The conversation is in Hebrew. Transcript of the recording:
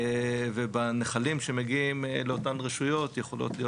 ובנחלים שמגיעים לאותן רשויות יכולות להיות